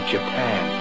Japan